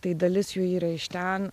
tai dalis jų yra iš ten